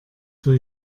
für